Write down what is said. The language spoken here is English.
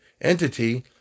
entity